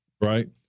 right